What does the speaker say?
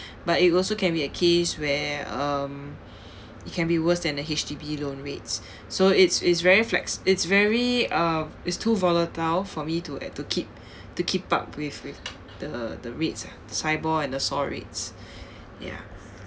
but it also can be a case where um it can be worse than a H_D_B loan rates so it's it's very flex~ it's very uh it's too volatile for me to a~ to keep to keep up with with the the rates ah SIBOR and the SOR rates ya